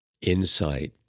insight